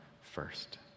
first